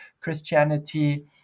Christianity